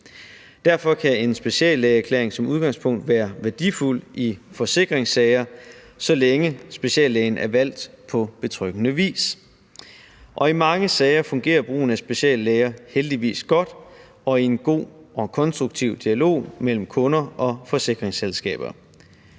Derfor kan en speciallægeerklæring som udgangspunkt være værdifuld i forsikringssager, så længe speciallægen er valgt på betryggende vis. I mange sager fungerer brugen af speciallæger heldigvis godt og i en god og konstruktiv dialog mellem kunder og forsikringsselskaber.